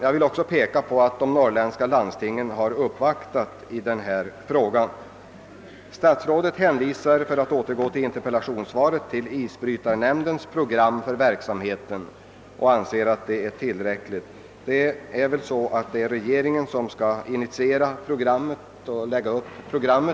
Jag vill också erinra om att de norrländska landstingen gjort en uppvaktning i denna fråga. Statsrådet hänvisar i interpellationssvaret till isbrytarnämndens program för isbrytarverksamheten och anser att detta är tillräckligt. Men det är väl ändå regeringen som skall initiera och lägga upp detta program.